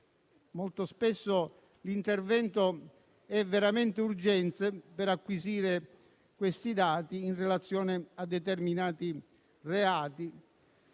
Molto spesso l'intervento è veramente urgente per acquisire questi dati in relazione a determinati reati.